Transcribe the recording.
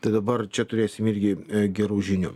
tai dabar čia turėsim irgi gerų žinių